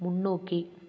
முன்னோக்கி